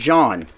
John